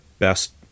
Best